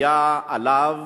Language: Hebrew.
היה עליו